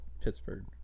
Pittsburgh